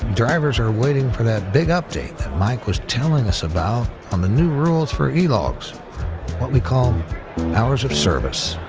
drivers are waiting for that big update that mike was telling us about on the new rules for e-logs what we call hours of service.